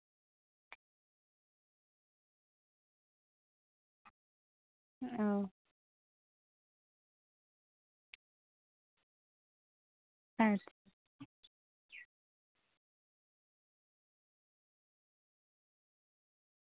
ᱚᱸᱻ ᱟᱪᱪᱷᱟ